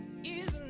it